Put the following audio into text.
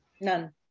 None